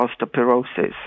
osteoporosis